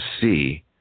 see